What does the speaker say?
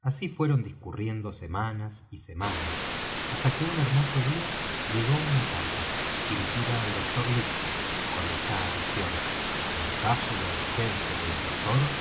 así fueron discurriendo semanas y semanas hasta que un hermoso día llegó una carta dirijida al doctor livesey con esta adición en caso de ausencia del doctor